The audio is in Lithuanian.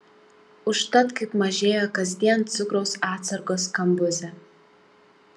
užtat kaip mažėjo kasdien cukraus atsargos kambuze